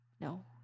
No